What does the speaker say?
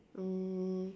um